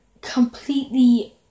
completely